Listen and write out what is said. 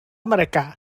mereka